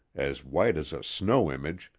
as white as a snow-image,